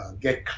get